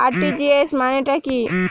RTGS মানে টা কি?